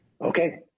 Okay